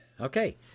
Okay